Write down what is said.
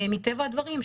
מטבע הדברים,